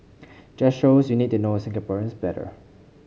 just shows you need to know Singaporeans better